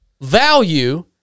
value